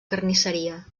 carnisseria